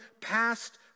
past